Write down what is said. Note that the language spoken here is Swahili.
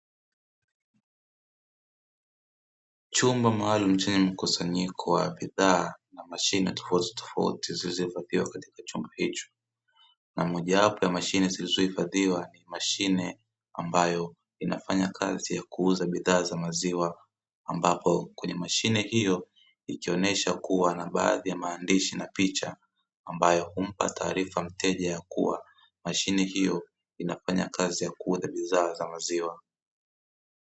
Chumba maalumu chenye mkusanyiko wa bidhaa na mashine tofautitofauti zilizohifadhiwa katika chumba hicho, na moja wapo ya mashine zilizohifadhiwa ni mashine ambayo inafanya kazi ya kuuza bidhaa za maziwa, ambapo kwenye mashine hiyo ikionyesha kuwa na baadhi ya maandishi na picha, ambayo humpa taarifa mteja kuwa mashine hiyo inafanya kazi ya kuuza bidhaa za maziwa.